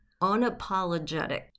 unapologetic